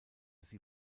sie